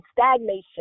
stagnation